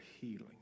healing